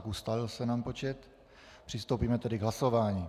Ustálil se nám počet, přistoupíme tedy k hlasování.